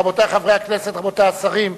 רבותי חברי הכנסת, רבותי השרים,